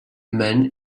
man